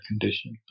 condition